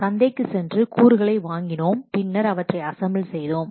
சந்தைக்கு சென்று கூறுகளை வாங்கினோம் பின்னர் அவற்றை அசம்பல் செய்தோம்